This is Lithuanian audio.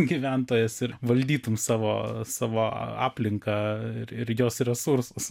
gyventojas ir valdytum savo savo aplinką ir jos resursus